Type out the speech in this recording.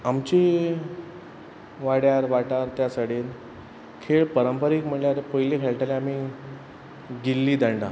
आमचे वाड्यार वाठार त्या सायडीन खेळ परंपारीक म्हळ्ळ्यार पयलीं खेळटाले आमी गिल्ली दंडा